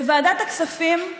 בוועדת הכספים,